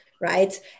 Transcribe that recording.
Right